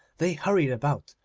they hurried about,